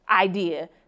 idea